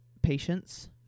patients